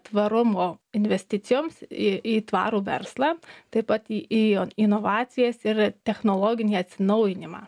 tvarumo investicijoms į į tvarų verslą taip pat į į į inovacijas ir technologinį atsinaujinimą